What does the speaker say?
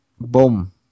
Boom